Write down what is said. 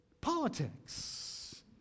politics